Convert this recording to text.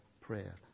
prayer